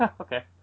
okay